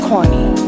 corny